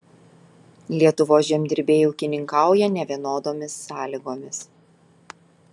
lietuvos žemdirbiai ūkininkauja nevienodomis sąlygomis